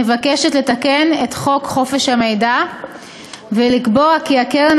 מבקשת לתקן את חוק חופש המידע ולקבוע כי הקרן